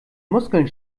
muskeln